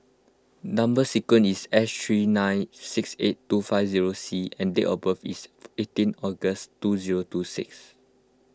Number Sequence is S three nine six eight two five zero C and date of birth is eighteen August two zero two six